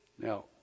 now